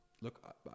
look